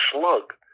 slug